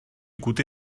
gute